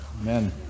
Amen